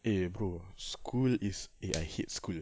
eh bro school is eh I hate school